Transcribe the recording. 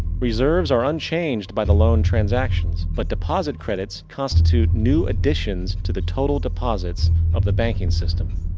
reserves are unchanged by the loan transactions. but, deposit credits constitute new additions to the total deposits of the banking system.